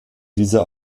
dieser